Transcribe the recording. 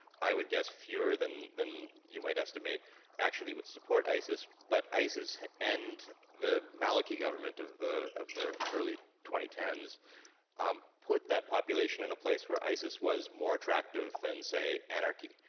i would guess fewer than than you might estimate actually would support isis, but isis and the maliki government of the of the early twenty ten s um put that population in a place where isis was more attractive than say anarchy,